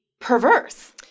perverse